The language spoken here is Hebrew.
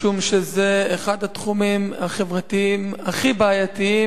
משום שזה אחד התחומים החברתיים הכי בעייתיים.